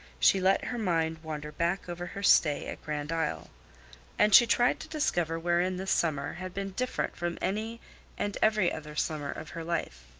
she let her mind wander back over her stay at grand isle and she tried to discover wherein this summer had been different from any and every other summer of her life.